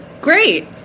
Great